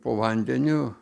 po vandeniu